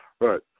Right